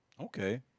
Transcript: Okay